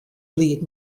bliid